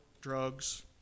drugs